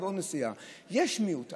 ובעוד נסיעה יש מיעוט.